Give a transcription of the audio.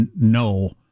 no